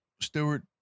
Stewart